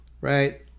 right